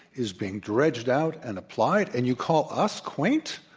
is being dredged out and applied. and you call us quaint?